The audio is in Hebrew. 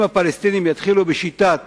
אם הפלסטינים יתחילו בשיטת